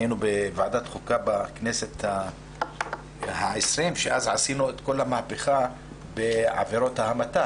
היינו בוועדת החוקה בכנסת ה-20 שאז עשינו את כל המהפכה בעבירות ההמתה,